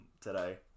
today